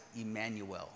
Emmanuel